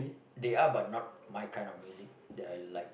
they are but not my kind of music that I like